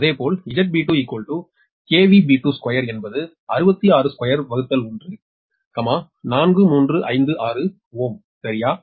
அதேபோல் ZB2B22Baseஎன்பது 6621 4356 Ω சரியா